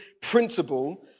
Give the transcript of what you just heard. principle